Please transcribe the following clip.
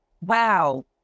wow